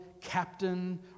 captain